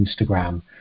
Instagram